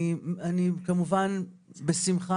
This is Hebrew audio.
אני כמובן בשמחה,